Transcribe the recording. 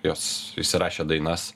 jos įsirašė dainas